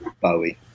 Bowie